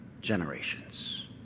generations